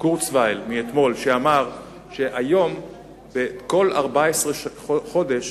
קורצוויל מאתמול, שאמר שהיום בכל 14 חודשים